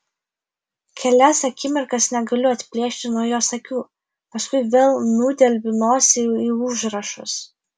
kelias akimirkas negaliu atplėšti nuo jos akių paskui vėl nudelbiu nosį į užrašus